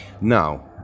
Now